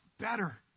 better